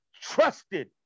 trusted